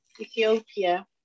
Ethiopia